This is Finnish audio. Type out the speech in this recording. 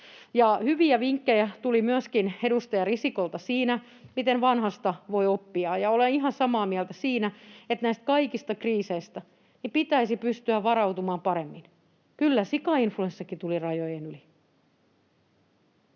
hyviä vinkkejä tuli edustaja Risikolta siihen, miten vanhasta voi oppia, ja olen ihan samaa mieltä siinä, että näihin kaikkiin kriiseihin pitäisi pystyä varautumaan paremmin. Kyllä sikainfluenssakin tuli rajojen yli.